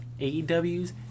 AEW's